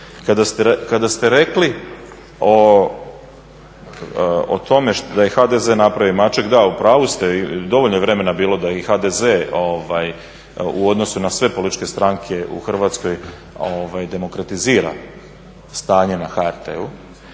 Kada ste rekli o tome, da je HDZ napravio, mačak da. U pravu ste, dovoljno je vremena bilo da i HDZ u odnosu na sve političke stranke u Hrvatskoj demokratizira stanje na HRT-u.